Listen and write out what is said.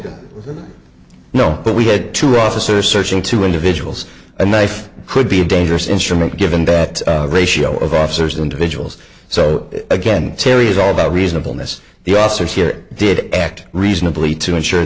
in no but we had to officer searching two individuals a knife could be dangerous instrument given that ratio of officers individuals so again terry is all about reasonableness the officers here did act reasonably to ensure